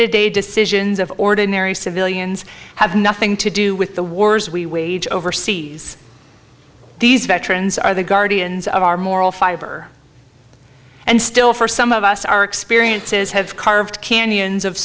to day decisions of ordinary civilians have nothing to do with the wars we wage overseas these veterans are the guardians of our moral fiber and still for some of us our experiences have carved canyons of